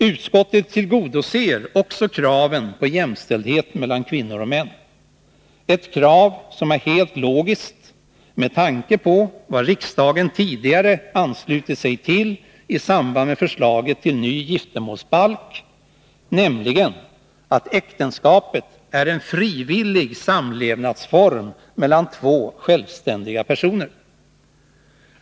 Utskottets förslag tillgodoser också kraven på jämställdhet mellan kvinnor och män — ett krav som är helt logiskt med tanke på vad riksdagen tidigare anslutit sig till i samband med förslaget till ny giftermålsbalk, nämligen att äktenskapet är en frivillig samlevnadsform mellan två självständiga personer.